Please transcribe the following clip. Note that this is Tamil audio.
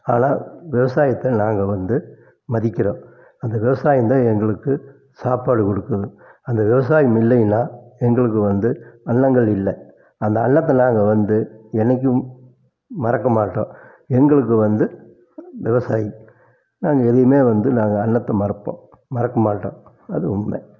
ஆனால் விவசாயத்தை நாங்கள் வந்து மதிக்கிறோம் அந்த விவசாயந்தான் எங்களுக்கு சாப்பாடு கொடுக்குது அந்த விவசாயம் இல்லைன்னா எங்களுக்கு வந்து அன்னங்கள் இல்லை அந்த அன்னத்தை நாங்கள் வந்து என்றைக்கும் மறக்க மாட்டோம் எங்களுக்கு வந்து விவசாயி நாங்கள் எதையுமே வந்து நாங்கள் அன்னத்தை மறப்போம் மறக்க மாட்டோம் அது உண்மை